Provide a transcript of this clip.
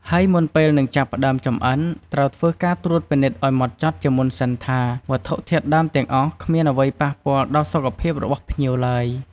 ហើយមុនពេលនឹងចាប់ផ្តើមចម្អិន ត្រូវធ្វើការត្រួតពិនិត្យអោយម៉ត់ចត់ជាមុនសិនថា វត្ថុធាតុដើមទាំងអស់គ្មានអ្វីប៉ះពាល់ដល់សុខភាពរបស់ភ្ញៀវឡើយ។